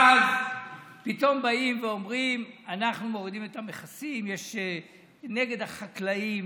ואז פתאום באים ואומרים: אנחנו מורידים את המכסים נגד החקלאים,